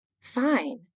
Fine